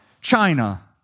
China